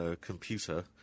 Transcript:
computer